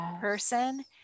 person